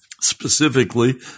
Specifically